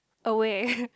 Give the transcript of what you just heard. away